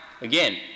Again